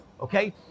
Okay